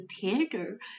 theater